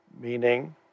meaning